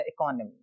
economy